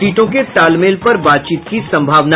सीटों के तालमेल पर बातचीत की संभावना